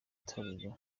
torero